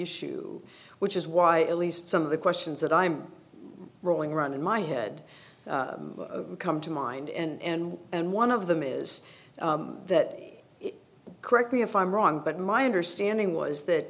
issue which is why at least some of the questions that i'm rolling around in my head come to mind and and one of them is that correct me if i'm wrong but my understanding was that